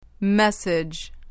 Message